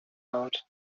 out